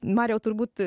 marijau turbūt